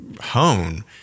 hone